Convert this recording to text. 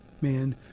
man